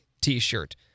t-shirt